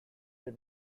were